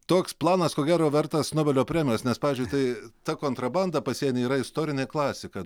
toks planas ko gero vertas nobelio premijos nes pavyzdžiui tai ta kontrabanda pasieny yra istorinė klasika